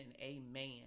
amen